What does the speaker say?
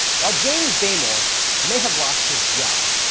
while james damore may have lost his job,